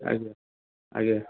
ଆଜ୍ଞା ଆଜ୍ଞା